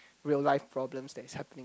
real life problems that is happening